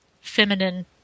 feminine